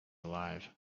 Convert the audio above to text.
alive